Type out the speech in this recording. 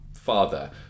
father